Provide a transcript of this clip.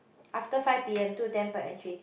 after five P_M two ten per entry